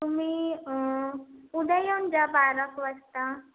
तुम्ही उद्या येऊन जा बारा एक वाजता